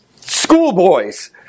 schoolboys